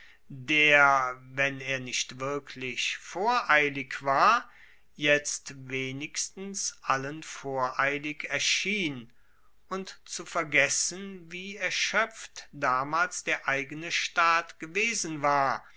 der wenn er nicht wirklich voreilig war jetzt wenigstens allen voreilig erschien und zu vergessen wie erschoepft damals der eigene staat gewesen war